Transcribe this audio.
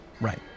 Right